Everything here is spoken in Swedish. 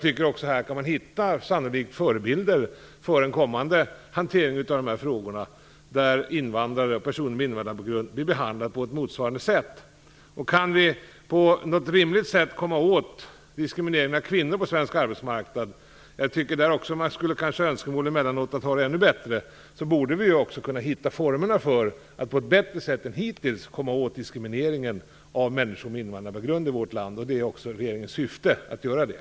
Här kan man sannolikt också hitta förebilder för en kommande hantering av de här frågorna, så att personer med invandrarbakgrund blir behandlade på ett motsvarande sätt. Kan vi på något rimligt sätt komma åt diskrimineringen av kvinnor på svensk arbetsmarknad - emellanåt skulle man också önska att det var ännu bättre - borde vi också kunna hitta formerna för att på ett bättre sätt än hittills komma åt diskrimineringen av människor med invandrarbakgrund i vårt land. Det är också regeringens syfte att göra det.